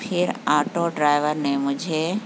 پھر auto driver نے مجھے